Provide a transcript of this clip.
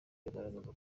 bigaragaza